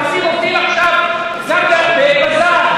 מפטרים עובדים עכשיו גם ב"בזן".